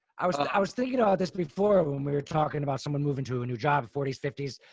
i was i was thinking about this before, when we were talking about someone moving to a new job, forties, fifties,